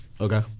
Okay